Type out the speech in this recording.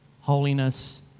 holiness